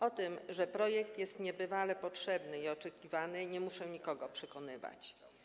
O tym, że projekt jest niezwykle potrzebny i oczekiwany, nie muszę nikogo przekonywać.